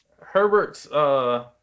Herbert's –